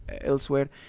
elsewhere